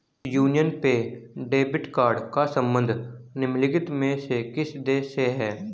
Union पे debit card का संबंध निम्नलिखित में से किस देश से है?